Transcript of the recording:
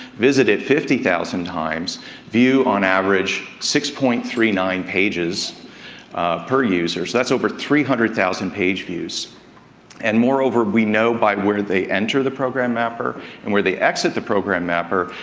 visited fifty thousand times view, on average, six point three nine pages per user, so that's over three hundred thousand page views and, moreover, we know, by where they enter the program mapper and where they exit the program mapper,